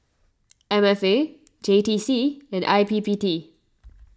M F A J T C and I P P T